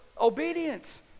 obedience